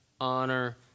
honor